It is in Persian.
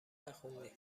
نخوندی